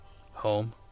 home